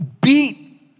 beat